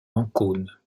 ancône